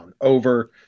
over